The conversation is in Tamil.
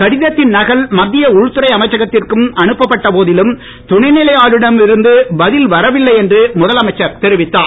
கடிதத்தின் நகல் மத்திய உள்துறை அமைச்சகத்திற்கும் அனுப்ப பட்ட போதிலும் துணைநிலை ஆளுநரிடம் இருந்து பதில் வரவில்லை என்று முதலமைச்சர் தெரிவித்தார்